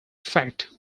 fact